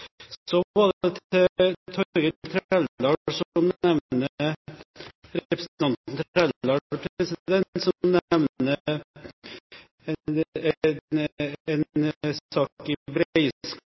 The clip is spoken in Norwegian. Så var det representanten Torgeir Trældal, som nevner en sak